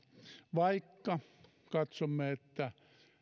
vaikka katsomme että